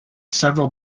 several